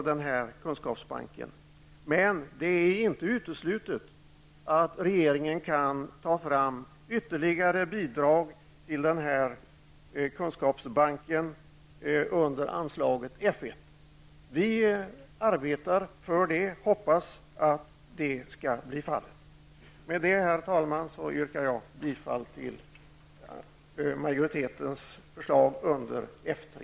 Det är inte uteslutet att regeringen kan ta fram ytterligare bidrag till denna kunskapsbank under anslaget F 1. Vi arbetar för detta och hoppas att det skall bli fallet. Herr talman! Jag yrkar bifall till utskottsmajoritetens förslag under F 3.